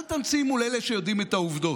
אל תמציא מול אלה שיודעים את העובדות.